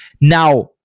Now